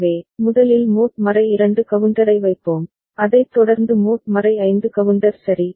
எனவே முதலில் மோட் 2 கவுண்டரை வைப்போம் அதைத் தொடர்ந்து மோட் 5 கவுண்டர் சரி